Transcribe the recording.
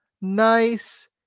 nice